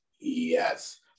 Yes